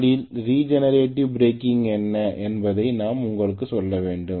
முதலில் regenerative braking என்ன என்பதை நான் உங்களுக்குச் சொல்ல வேண்டும்